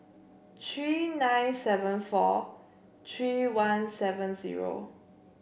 three nine seven four three one seven zero